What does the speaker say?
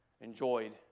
enjoyed